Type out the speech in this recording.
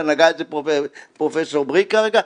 ונגע בזה פרופ' בריק כרגע,